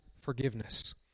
forgiveness